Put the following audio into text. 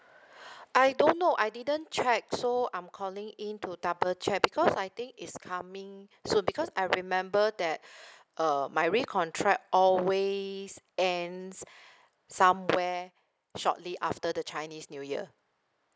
I don't know I didn't check so I'm calling in to double check because I think it's coming soon because I remember that err my recontract always ends somewhere shortly after the chinese new year